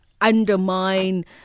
undermine